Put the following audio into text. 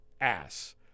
ass